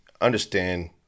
Understand